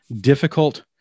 difficult